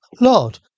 Lord